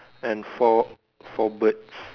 and four four birds